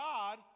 God